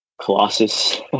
Colossus